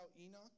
Enoch